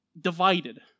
divided